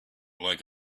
like